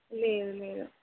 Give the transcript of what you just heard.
లేదు లేదు